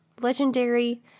Legendary